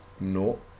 No